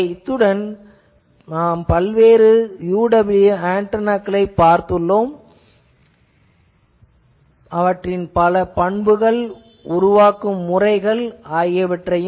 ஆகவே இத்துடன் நாம் பல்வேறு UWB ஆன்டெனாக்களைப் பார்த்துள்ளோம் அவற்றின் பல பண்புகள் அதனை உருவாக்கும் முறை ஆகியன